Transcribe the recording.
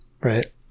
Right